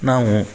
ನಾವು